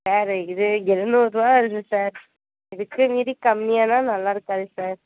sir இதே எழுநூறு ரூபா வருது சார் இதுக்கு மீறி கம்மியானால் நல்லா இருக்காதே சார்